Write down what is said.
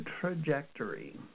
trajectory